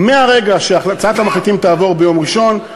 מהרגע שהצעת המחליטים תעבור ביום ראשון,